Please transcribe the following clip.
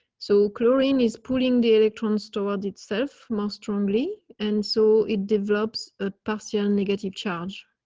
so chlorine is putting the electron stored itself more strongly. and so, it develops a pasture negative charge.